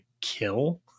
kill